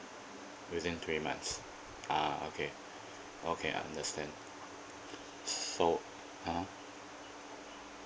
within three months ah okay okay understand so (uh huh)